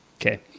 Okay